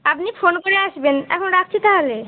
আপনি ফোন করে আসবেন এখন রাখচি তাহলে